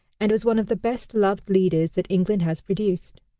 and was one of the best-loved leaders that england has produced.